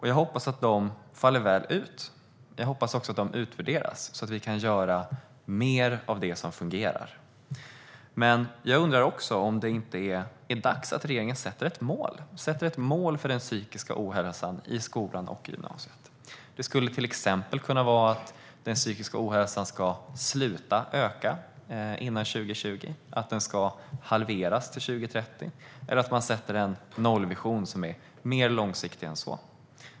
Jag hoppas att de faller väl ut och att de utvärderas så att vi kan göra mer av det som fungerar. Men jag undrar också om det inte är dags att regeringen sätter ett mål för den psykiska ohälsan i skolan och gymnasiet. Det skulle till exempel kunna vara att den psykiska ohälsan ska sluta öka före 2020, att den ska halveras till 2030 eller att man sätter en nollvision som är mer långsiktig än så.